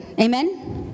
amen